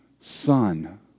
Son